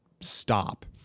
stop